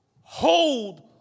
hold